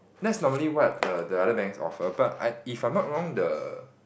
that's normally what the the other banks offer but I if I am not wrong the